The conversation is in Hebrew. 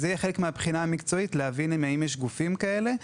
זה יהיה חלק מהבחינה המקצועית: להבין האם יש גופים כאלה.